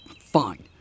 Fine